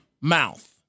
mouth